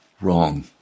Wrong